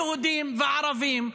היהודים והערבים,